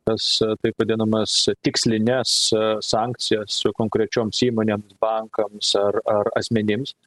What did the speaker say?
tas taip vadinamas tikslines sankcijas konkrečioms įmonėms bankams ar ar asmenims